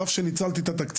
על אף שניצלתי את התקציבים,